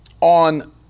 on